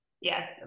Yes